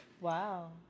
Wow